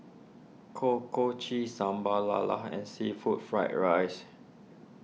Kuih Kochi Sambal Lala and Seafood Fried Rice